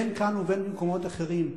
אם כאן ואם במקומות אחרים.